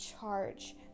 charge